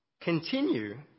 continue